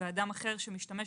ואדם אחר שמשתמש,